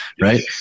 right